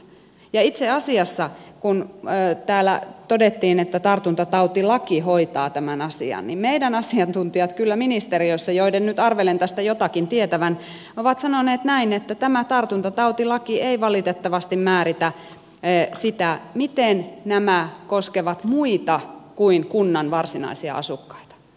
ja itse asiassa kun täällä todettiin että tartuntatautilaki hoitaa tämän asian niin kyllä ministeriössä meidän asiantuntijamme joiden nyt arvelen tästä jotakin tietävän ovat sanoneet näin että tämä tartuntatautilaki ei valitettavasti määritä sitä miten nämä koskevat muita kuin kunnan varsinaisia asukkaita